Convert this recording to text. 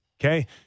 okay